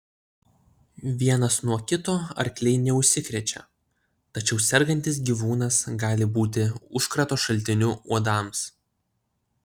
vienas nuo kito arkliai neužsikrečia tačiau sergantis gyvūnas gali būti užkrato šaltiniu uodams